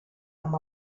amb